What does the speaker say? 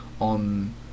on